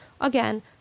Again